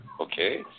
Okay